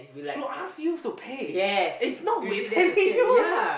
should ask you to pay it's not we pay you right